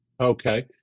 Okay